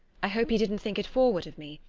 i hope he didn't think it forward of me,